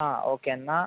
ആ ഓക്കെ എന്നാൽ